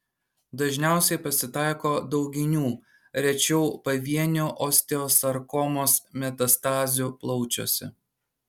dažniausiai pasitaiko dauginių rečiau pavienių osteosarkomos metastazių plaučiuose